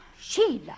Sheila